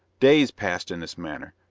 days passed in this manner,